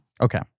Okay